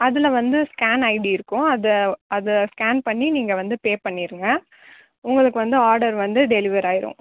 அதில் வந்து scan ID இருக்கும் அதை அதை ஸ்கேன் பண்ணி நீங்கள் வந்து பே பண்ணிருங்கள் உங்களுக்கு வந்து ஆடர் வந்து டெலிவர் ஆகிடும்